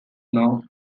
north